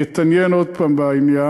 אני אתעניין עוד פעם בעניין,